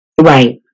Right